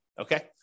Okay